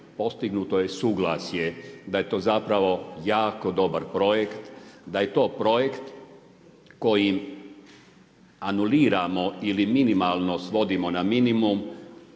postignuto je suglasje da je to zapravo jako dobar projekt. Da je to projekt koji anuliramo ili minimalno svodimo na minimum